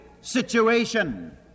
situation